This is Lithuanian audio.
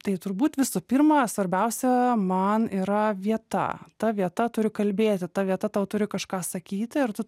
tai turbūt visų pirma svarbiausia man yra vieta ta vieta turi kalbėti ta vieta tau turi kažką sakyti ir tu